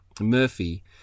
Murphy